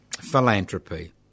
Philanthropy